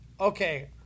Okay